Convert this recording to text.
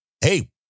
hey